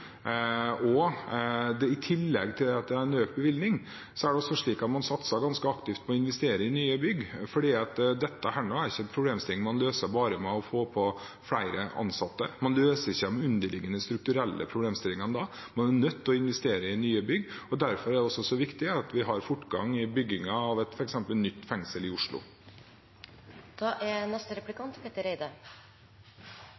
I tillegg til økt bevilgning satser man ganske aktivt på å investere i nye bygg. Dette er ikke en problemstilling man løser bare ved å få på plass flere ansatte, man løser ikke de underliggende strukturelle problemstillingene da. Man er nødt til å investere i nye bygg, og derfor er fortgang i byggingen av f.eks. nytt fengsel i Oslo så viktig. Jeg ønsker å følge opp spørsmålsrunden fra kollega Dag Terje Andersen. Jeg hørte innledningsvis at